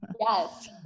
Yes